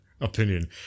opinion